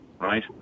right